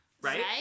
Right